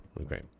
okay